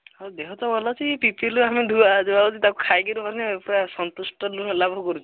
ହଁ ଦେହ ତ ଭଲ ଅଛି ପିପିଲିରୁ ଆମେ ଧୁଆ ଧୁଆ ହଉଛୁ ତାକୁ ଖାଇକିରି ମାନେ ପୁରା ସନ୍ତୁଷ୍ଟ ନୁହଁ ଲାଭ କରୁଛୁ